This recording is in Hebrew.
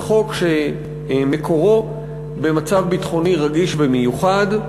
בחוק שמקורו במצב ביטחוני רגיש ומיוחד,